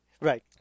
Right